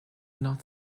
not